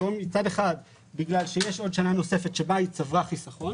מצד אחד בגלל שיש עוד שנה נוספת שבה היא צברה חיסכון